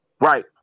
Right